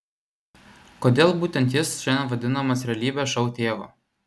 kodėl būtent jis šiandien vadinamas realybės šou tėvu